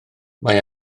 mae